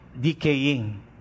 decaying